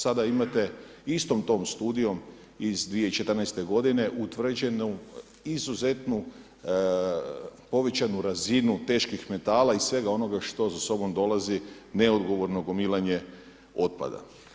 Sada imate istom tom studijom iz 2014. godine utvrđenu izuzetnu povećanu razinu teških metala i svega onoga što za sobom dolazi neodgovorno gomilanje otpada.